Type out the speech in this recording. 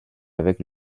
avec